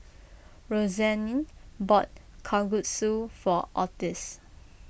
Roxanne bought Kalguksu for Ottis